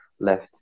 left